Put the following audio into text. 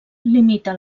limita